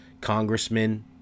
congressmen